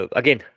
again